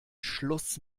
schluss